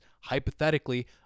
hypothetically